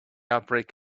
outbreak